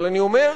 אבל אני אומר,